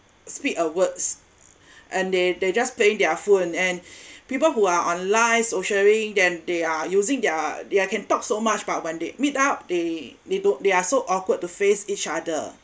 speak a words and they they just playing their phone and people who are online socialing then they are using their they're can talk so much but when they meet up they they don~ they are so awkward to face each other